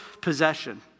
possession